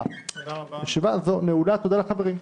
לחברים.